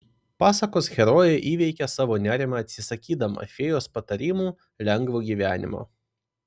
pasakos herojė įveikia savo nerimą atsisakydama fėjos patarimu lengvo gyvenimo